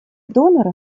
доноры